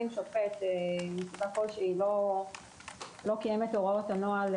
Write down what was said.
אם שופט מסיבה כלשהי לא קיים את הוראות הנוהל,